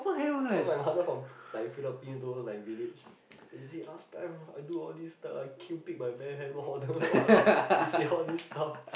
call my mother from like Phillipines those like village is it last time I do all this type I kill pig my bare hand then don't know what lah she say all these stuff